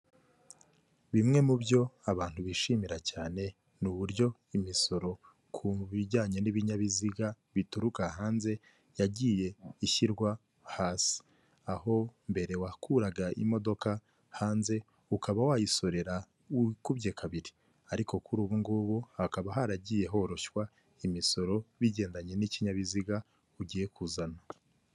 Bimwe mu byo abantu bishimira cyane, ni uburyo imisoro ku bijyanye n'ibinyabiziga bituruka hanze yagiye ishyirwa hasi, aho mbere wakuraga imodoka hanze ukaba wayisorera wikubye kabiri, ariko kuri ubungubu hakaba haragiye horoshywa imisoro bigendanye n'ikinyabiziga ugiye kuzana.